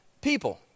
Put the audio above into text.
people